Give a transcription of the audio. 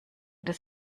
des